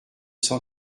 cent